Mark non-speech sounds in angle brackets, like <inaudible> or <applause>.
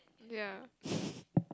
ya <laughs>